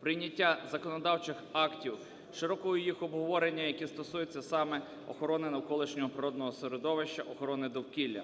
прийняття законодавчих актів, широкого їх обговорення, які стосуються саме охорони навколишнього природного середовища, охорони довкілля.